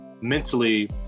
mentally